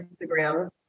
Instagram